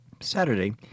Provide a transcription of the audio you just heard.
Saturday